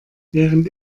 während